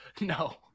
No